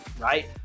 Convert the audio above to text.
right